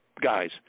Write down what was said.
guys